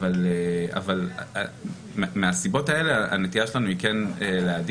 אבל מהסיבות האלה, הנטייה שלנו היא כן להעדיף